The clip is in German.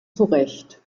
zurecht